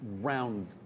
Round